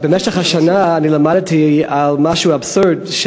במשך השנה למדתי משהו אבסורדי: